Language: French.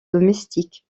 domestique